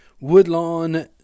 Woodlawn